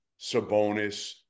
Sabonis